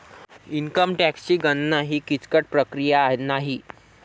income टॅक्सची गणना ही किचकट प्रक्रिया नाही